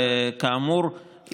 כאמור,